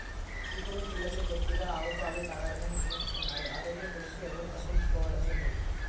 ఇప్పుడు పిల్లలు బొత్తిగా ఆవు పాలు తాగడమే మానేస్తున్నారు, ఆరోగ్యం గురించి ఎవ్వరు పట్టించుకోవడమే లేదు